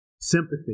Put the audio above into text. sympathy